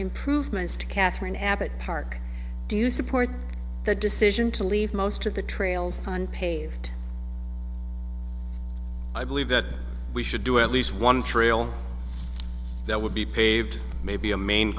improvements to katherine abbott park do you support the decision to leave most of the trails on paved i believe that we should do at least one trail that would be paved maybe a main